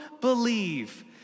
believe